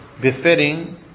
befitting